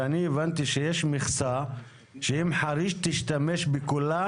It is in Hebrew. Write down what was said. ואני הבנתי שיש מכסה שאם חריש תשתמש בכולה